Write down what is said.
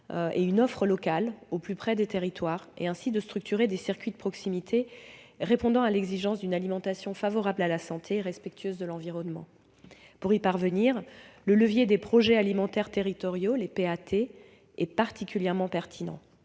et une offre locales au plus près des territoires et, ainsi, de structurer des circuits de proximité répondant à l'exigence d'une alimentation favorable à la santé et respectueuse de l'environnement. Pour y parvenir, le levier du projet alimentaire territorial, le PAT, est particulièrement pertinent.